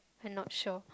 I'm not sure